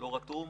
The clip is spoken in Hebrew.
לא רתום,